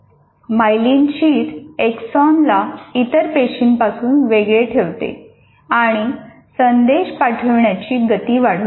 myelin sheath एक्सॉनला इतर पेशींपासून वेगळे ठेवते आणि संदेश पाठविण्याची गती वाढवते